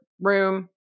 room